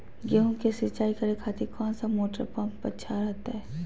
गेहूं के सिंचाई करे खातिर कौन सा मोटर पंप अच्छा रहतय?